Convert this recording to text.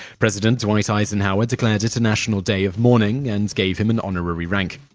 president dwight eisenhower declared it a national day of mourning and gave him an honorary rank.